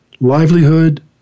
livelihood